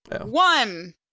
One